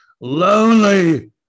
lonely